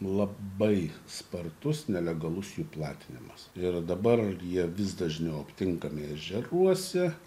labai spartus nelegalus jų platinimas ir dabar jie vis dažniau aptinkami ežeruose